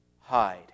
hide